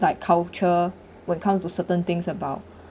like culture when comes to certain things about